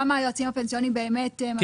כמה היועצים הפנסיוניים באמת נכנסים.